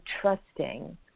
trusting